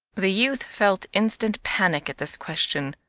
the youth felt instant panic at this question,